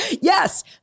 Yes